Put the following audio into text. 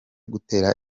gutera